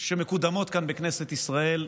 שמקודמות כאן בכנסת ישראל,